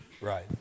Right